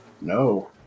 No